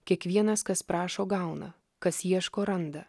kiekvienas kas prašo gauna kas ieško randa